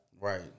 Right